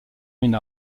une